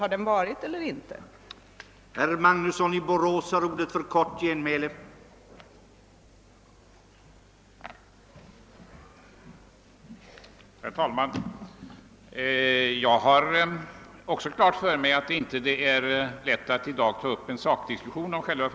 Har det förekommit någon sådan eller inte?